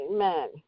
Amen